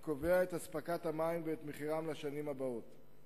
הקובע את אספקת המים ואת מחירם לשנים הבאות.